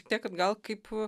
tik tiek kad gal kaip